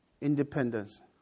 independence